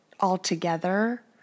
altogether